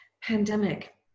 pandemic